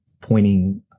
pointing